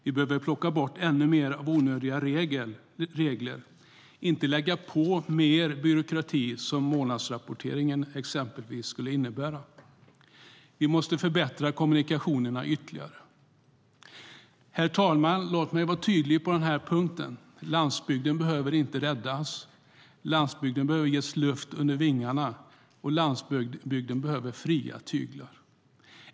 Vi behöver plocka bort ännu mer av onödiga regler - inte lägga på mer byråkrati, vilket exempelvis månadsrapporteringen skulle innebära. Vi måste förbättra kommunikationerna ytterligare. Herr talman! Låt mig vara tydlig: Landsbygden behöver inte räddas. Landsbygden behöver ges luft under vingarna. Landsbygden behöver fria tyglar.